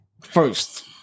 first